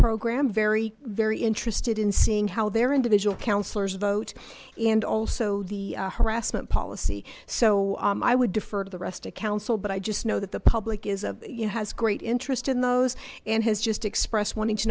program very very interested in seeing how their individual councillors vote and also the harassment policy so i would defer to the rest of council but i just know that the public is of you has great interest in those and has just expressed wanting to